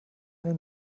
eine